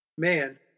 Man